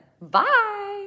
Bye